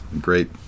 great